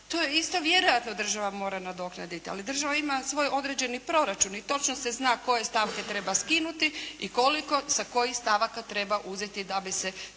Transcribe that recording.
isto vjerojatno da država mora nadoknaditi. Ali država ima svoj određeni proračun i točno se zna koje stavke treba skinuti i koliko sa kojih stavaka treba uzeti da bi se